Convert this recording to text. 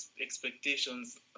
expectations